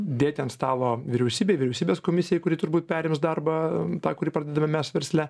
dėti ant stalo vyriausybei vyriausybės komisijai kuri turbūt perims darbą tą kurį padedame mes versle